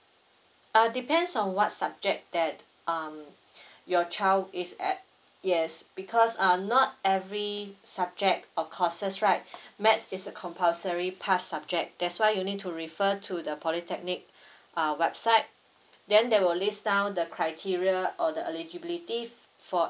uh depends on what subject that um your child is at yes because uh not every subject or courses right math is a compulsory pass subject that's why you need to refer to the polytechnic uh website then they will list down the criteria or the eligibility for